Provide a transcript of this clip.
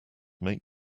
make